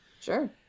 Sure